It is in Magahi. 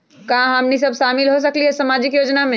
का हमनी साब शामिल होसकीला सामाजिक योजना मे?